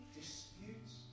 Disputes